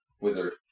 wizard